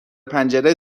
پنجره